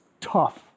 tough